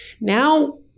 Now